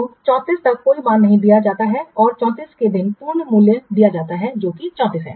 तो 34 तक कोई मान नहीं दिया जाता है और 34 के दिन पूर्ण मूल्य दिया जाता है जो कि 34 है